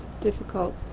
Difficult